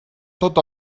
tot